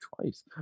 Twice